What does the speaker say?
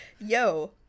Yo